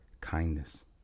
kindness